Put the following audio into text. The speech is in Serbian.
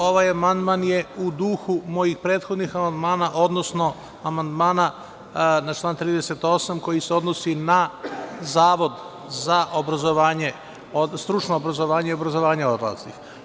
Ovaj amandman je u duhu mojih prethodnih amandmana, odnosno amandmana na član 38, koji se odnosi na Zavod za stručno obrazovanje i obrazovanje odraslih.